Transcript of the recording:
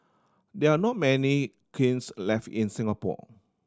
there are not many kilns left in Singapore